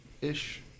ish